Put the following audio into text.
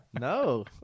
no